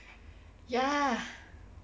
ya